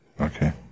Okay